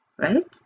right